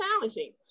challenging